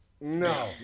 No